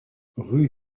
rue